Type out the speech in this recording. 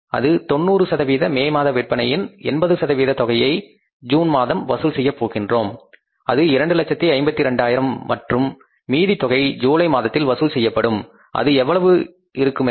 அது 90 சதவீத மே மாத விற்பனையில் 80 சதவீத தொகையை ஜூன் மாதம் வசூல் செய்ய போகின்றோம் அது 252000 மற்றும் மீதி தொகை ஜூலை மாதத்தில் வசூல் செய்யப்படும் அது எவ்வளவு இருக்குமென்றால்